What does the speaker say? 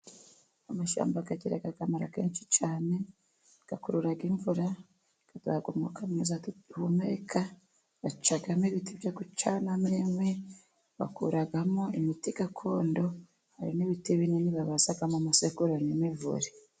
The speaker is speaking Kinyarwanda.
Amashyamba agira akamaro kenshi cyane, akurura imvura, aduha umwuka mu duhumeka, bacamo ibiti byo gucamo inkwi, bakuramo imiti gakondo, hari n'ibiti binini bazamo amasekuru n'imivure.